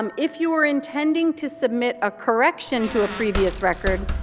um if you are intending to submit a correction to a previous record,